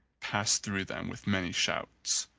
passed through them with many shouts,